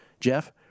Jeff